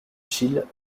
gilles